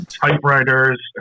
typewriters